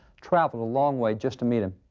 traveled a long way just to meet him.